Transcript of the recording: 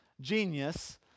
genius